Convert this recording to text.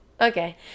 Okay